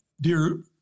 dear